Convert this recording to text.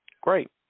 Great